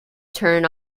turn